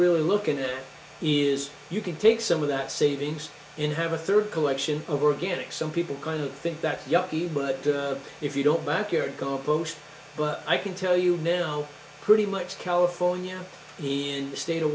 really looking at is you can take some of that savings in have a third collection of organic some people kind of think that yucky but if you don't backyard compost but i can tell you now pretty much california in the state of